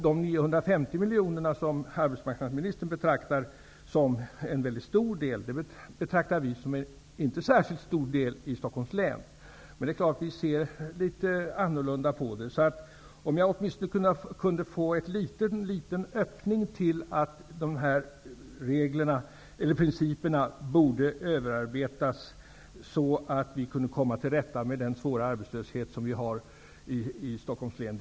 De 950 miljoner som arbetsmarknadsministern betraktar som en väldigt stor andel betraktar vi som en inte särskilt stor andel för Stockholms län. Men vi ser naturligtvis olika på det. Om jag åtminstone kunde få en liten öppning mot att principerna bör ses över, så att vi kunde komma till rätta med den svåra arbetslöshetssituation som vi har i Stockholms län.